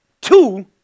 two